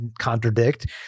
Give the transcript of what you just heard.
contradict